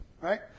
right